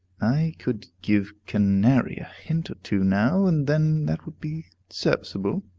i could give canary a hint or two now and then that would be serviceable,